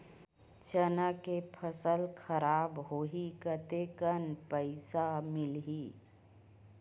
चना के फसल खराब होही कतेकन पईसा मिलही?